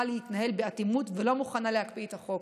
להתנהל באטימות ולא מוכנה להקפיא את החוק.